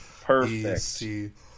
Perfect